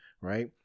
right